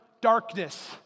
darkness